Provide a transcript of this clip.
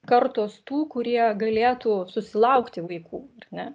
kartos tų kurie galėtų susilaukti vaikų ne